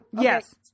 Yes